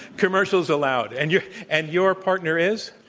commercials allowed. and your and your partner is?